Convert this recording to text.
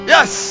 Yes